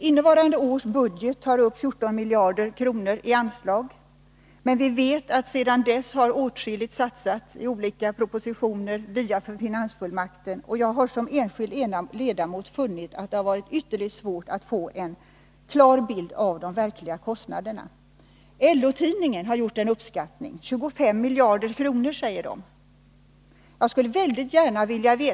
Innevarande års budget tar upp 14,5 miljarder kronor i anslag, men vi vet att sedan dess åtskilligt har satsats i olika propositioner och via finansfullmakten. Jag har såsom enskild ledamot funnit det ytterligt svårt att få en klar bild av de verkliga kostnaderna. LO-tidningen har gjort en uppskattning på 25 miljarder kronor.